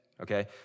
Okay